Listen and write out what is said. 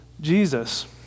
Jesus